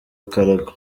akarago